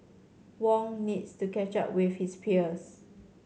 Wong needs to catch up with his peers